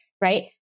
right